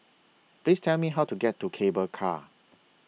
Please Tell Me How to get to Cable Car